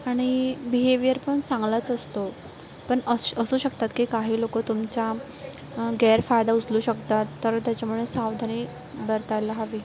आणि बिहेवियर पण चांगलाच असतो पण असं असू शकतात की काही लोकं तुमच्या गैरफायदा उचलू शकतात तर त्याच्यामुळे सावधानी बर्तायला हवी